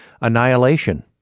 annihilation